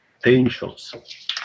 tensions